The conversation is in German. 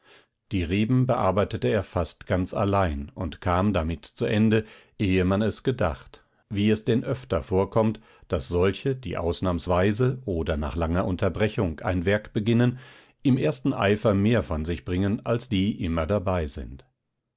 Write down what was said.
die reben bearbeitete er fast ganz allein und kam damit zu ende ehe man es gedacht wie es denn öfter vorkommt daß solche die ausnahmsweise oder nach langer unterbrechung ein werk beginnen im ersten eifer mehr vor sich bringen als die immer dabei sind